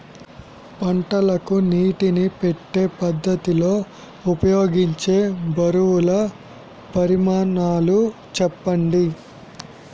పంటలకు నీటినీ పెట్టే పద్ధతి లో ఉపయోగించే బరువుల పరిమాణాలు చెప్పండి?